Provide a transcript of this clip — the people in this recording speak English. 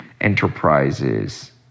enterprises